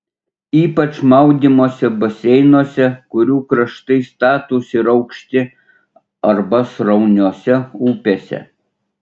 ypač maudymosi baseinuose kurių kraštai statūs ir aukšti arba srauniose upėse